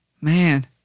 Man